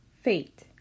Fate